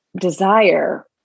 desire